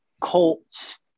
Colts